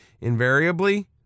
Invariably